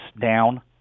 down